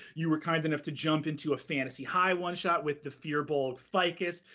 you were kind enough to jump into a fantasy high one shot with the fear-balled ficus,